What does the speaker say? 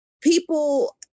people